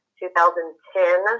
2010